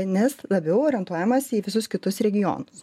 nes labiau orientuojamasi į visus kitus regionus nes tai norisi